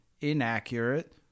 inaccurate